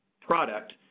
product